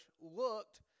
looked